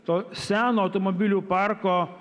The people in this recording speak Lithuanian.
to seno automobilių parko